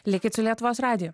likit su lietuvos radiju